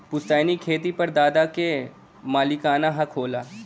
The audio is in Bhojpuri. पुस्तैनी खेत पर दादा क मालिकाना हक होला